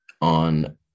on